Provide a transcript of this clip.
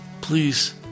Please